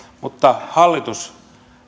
mutta hallitus